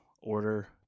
Order